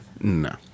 No